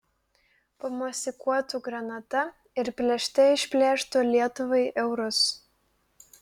pamosikuotų granata ir plėšte išplėštų lietuvai eurus